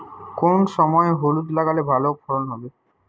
কোন সময় হলুদ লাগালে ভালো ফলন হবে?